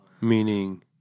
Meaning